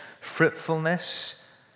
fruitfulness